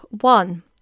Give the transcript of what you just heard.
one